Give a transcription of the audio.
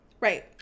Right